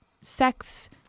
sex